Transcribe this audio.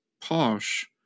posh